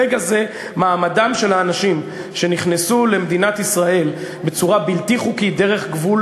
ברגע זה מעמדם של האנשים שנכנסו למדינת ישראל בצורה בלתי חוקית דרך גבול